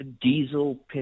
diesel